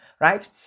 right